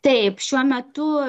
taip šiuo metu